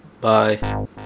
Bye